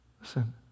Listen